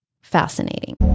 Fascinating